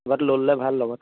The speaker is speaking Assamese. কিবা এটা লৈ ল'লে ভাল লগত